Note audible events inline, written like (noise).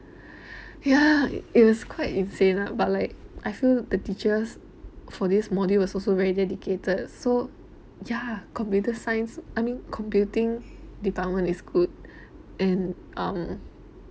(breath) ya it was quite insane lah but like I feel the teachers for this module was also very dedicated so ya computer science I mean computing department is good (breath) and um